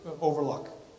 overlook